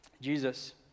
Jesus